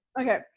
Okay